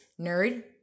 Nerd